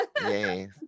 Yes